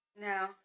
No